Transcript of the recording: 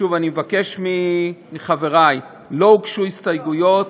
שוב, אני מבקש מחברי, לא הוגשו הסתייגויות,